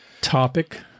topic